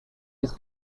his